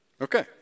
Okay